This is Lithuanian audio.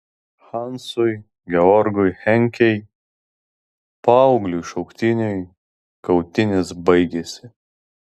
hansui georgui henkei paaugliui šauktiniui kautynės baigėsi